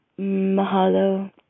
Mahalo